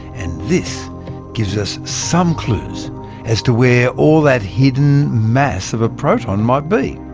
and this gives us some clues as to where all that hidden mass of a proton might be.